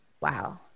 wow